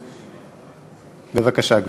גברתי,